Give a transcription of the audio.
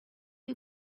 you